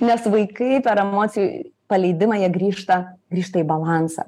nes vaikai per emocijų paleidimą jie grįžta grįžta į balansą